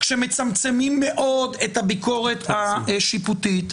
כשמצמצמים מאוד את הביקורת השיפוטית,